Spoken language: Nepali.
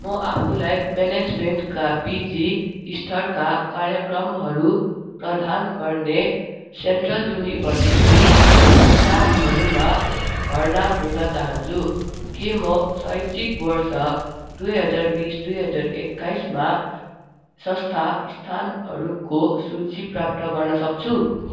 म आफूलाई म्यानेजमेन्टका पिजी स्तरका कार्यक्रमहरू प्रदान गर्ने सेन्ट्रल युनिभर्सिटी संस्थानहरूमा भर्ना हुन चाहन्छु के म शैक्षिक वर्ष दुई हजार बिस दुई हजार एक्काइसमा संस्था संस्थानहरूको सूची प्राप्त गर्नसक्छु